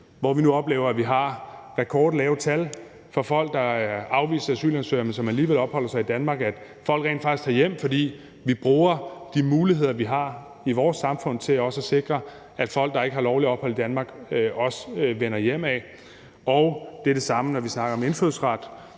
hvor vi nu oplever, at vi har rekordlave tal for folk, der er afviste asylansøgere, men som alligevel opholder sig i Danmark; folk tager rent faktisk hjem, fordi vi bruger de muligheder, vi har i vores samfund, til også at sikre, at folk, der ikke har lovligt ophold i Danmark, også vender hjemad. Og det er det samme, når vi snakker om indfødsret,